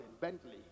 Bentley